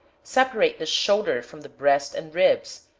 separate the shoulder from the breast and ribs,